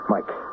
Mike